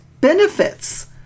benefits